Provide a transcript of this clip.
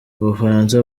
bufaransa